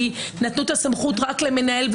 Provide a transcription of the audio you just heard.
כי נתנו את הסמכות רק למנהל,